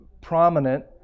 prominent